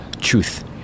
truth